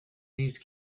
these